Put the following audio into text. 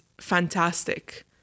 fantastic